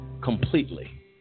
completely